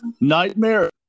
nightmare